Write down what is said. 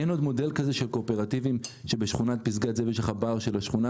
אין עוד מודל כזה של קואופרטיבים; בשכונת פסגת זאב יש לך בר של השכונה,